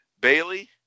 Bailey